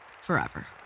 forever